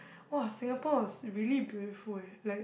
!wah! Singapore was really beautiful eh like